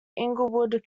inglewood